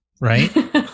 Right